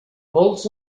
pols